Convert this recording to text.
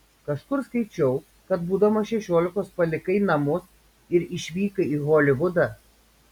kažkur skaičiau kad būdamas šešiolikos palikai namus ir išvykai į holivudą